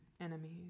enemies